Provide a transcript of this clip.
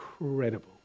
incredible